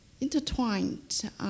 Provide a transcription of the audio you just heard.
intertwined